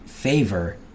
Favor